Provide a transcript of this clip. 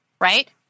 right